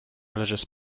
religious